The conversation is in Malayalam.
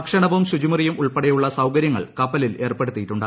ഭക്ഷണവും ശുചിമുറിയും ഉൾപ്പെടെയുള്ള സൌകര്യങ്ങൾ കപ്പലിൽ ഏർപ്പെടുത്തിയിട്ടുണ്ട്